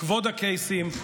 כבוד הקייסים,